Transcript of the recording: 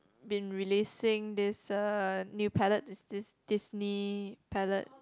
been releasing this uh new palate is this Disney palate